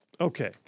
Okay